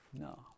No